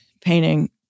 painting